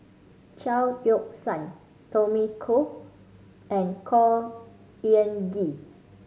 Chao Yoke San Tommy Koh and Khor Ean Ghee